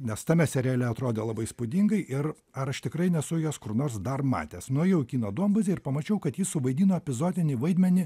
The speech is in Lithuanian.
nes tame seriale atrodė labai įspūdingai ir ar aš tikrai nesu jos kur nors dar matęs nuėjau į kino duombazę ir pamačiau kad ji suvaidino epizodinį vaidmenį